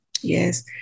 yes